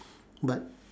but